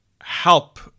help